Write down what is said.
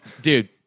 dude